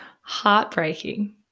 heartbreaking